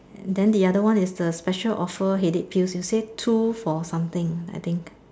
then the other one is the special offer headache pills you say two for something I think